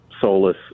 soulless